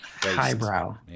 highbrow